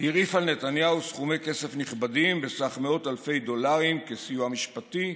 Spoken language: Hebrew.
הרעיף על נתניהו סכומי כסף נכבדים בסך מאות אלפי דולרים כסיוע משפטי,